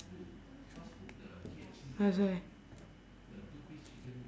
that's why